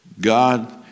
God